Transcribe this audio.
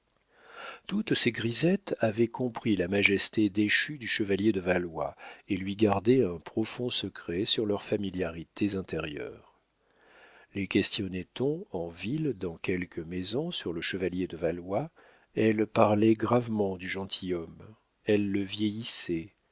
toutes ces grisettes avaient compris la majesté déchue du chevalier de valois et lui gardaient un profond secret sur leurs familiarités intérieures les questionnait on en ville dans quelques maisons sur le chevalier de valois elles parlaient gravement du gentilhomme elles le vieillissaient